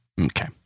Okay